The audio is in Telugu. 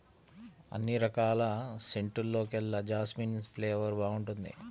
అన్ని రకాల సెంటుల్లోకెల్లా జాస్మిన్ ఫ్లేవర్ బాగుంటుంది